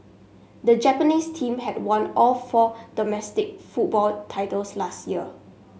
the Japanese team had won all four domestic football titles last year